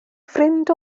ffrind